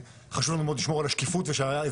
חשוב לנו מאוד לשמור על השקיפות ושהאזרחים